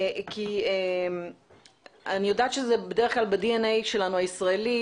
אני יודעת שזה בדרך כלל ב-די.אן.איי שלנו הישראלי,